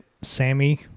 Sammy